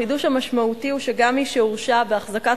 החידוש המשמעותי הוא שגם מי שהורשע בהחזקת